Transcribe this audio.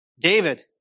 David